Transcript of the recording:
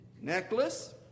necklace